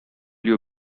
you